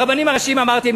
ברבנים הראשיים אמרתי,